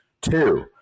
Two